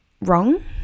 wrong